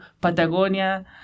Patagonia